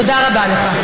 תודה רבה לך.